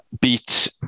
beat